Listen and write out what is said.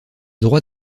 droit